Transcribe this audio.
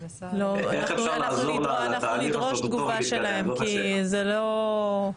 אנחנו נדרוש תגובה שלהם כי זה לא.